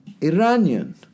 Iranian